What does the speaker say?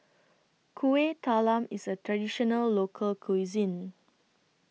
Kuih Talam IS A Traditional Local Cuisine